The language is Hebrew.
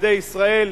לילדי ישראל,